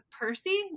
Percy